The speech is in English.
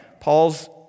Paul's